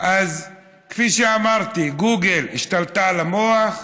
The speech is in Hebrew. אז כפי שאמרתי, גוגל השתלטה על המוח,